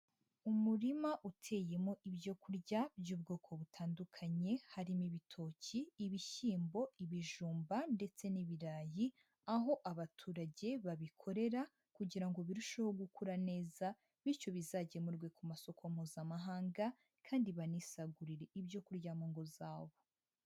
Umurima uteyemo ibyo kurya by'ubwoko butandukanye, harimo ibitoki, ibishyimbo, ibijumba ndetse n'ibirayi, aho abaturage babikorera kugira ngo birusheho gukura neza bityo bizagemurwe ku masoko mpuzamahanga, kandi banisagurire ibyo kurya mu ngo zabo.